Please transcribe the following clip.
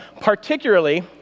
particularly